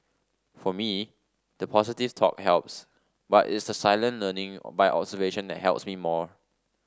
for me the positive talk helps but it's the silent learning by observation that helps me more